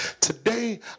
Today